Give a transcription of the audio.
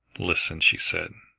listen, she said,